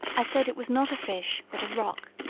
i said it was not a fish but a rock.